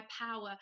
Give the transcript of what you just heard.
power